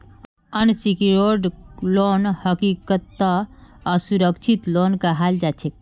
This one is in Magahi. अनसिक्योर्ड लोन हकीकतत असुरक्षित लोन कहाल जाछेक